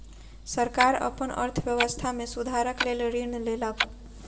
सरकार अपन अर्थव्यवस्था में सुधारक लेल ऋण लेलक